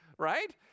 right